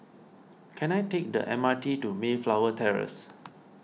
can I take the M R T to Mayflower Terrace